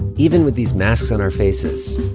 even with these masks on our faces,